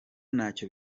ntacyo